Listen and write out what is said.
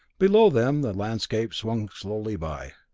below them the landscape swung slowly by.